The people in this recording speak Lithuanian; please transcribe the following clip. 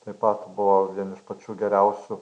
taip pat buvo vieni iš pačių geriausių